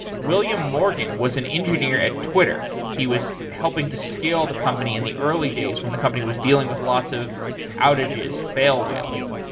william morgan was an engineer at twitter, he was helping to scale the company in the early days when the company was dealing with lots of outages, fail whales.